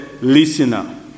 listener